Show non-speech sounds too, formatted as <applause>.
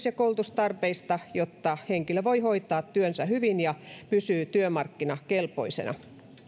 <unintelligible> ja koulutustarpeista jotta henkilö voi hoitaa työnsä hyvin ja pysyy työmarkkinakelpoisena